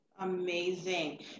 amazing